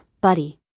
buddy